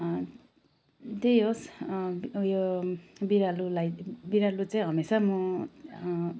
त्यही होस् उयो बिरालोलाई बिरालो चाहिँ हमेसा म